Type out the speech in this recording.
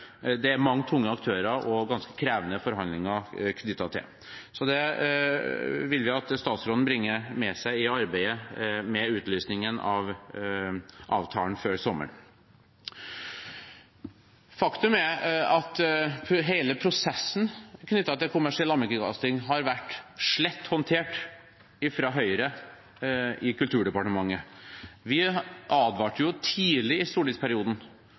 det er mange tunge aktører og ganske krevende forhandlinger knyttet til. Det vil vi at statsråden bringer med seg i arbeidet med utlysningen av avtalen før sommeren. Faktum er at hele prosessen knyttet til kommersiell allmennkringkasting har vært slett håndtert fra Høyre i Kulturdepartementet. Vi advarte tidlig i stortingsperioden